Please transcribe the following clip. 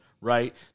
right